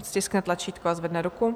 Ať stiskne tlačítko a zvedne ruku.